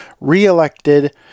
reelected